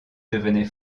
devenait